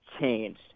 changed